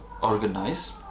organize